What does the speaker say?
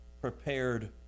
prepared